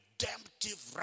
redemptive